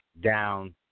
down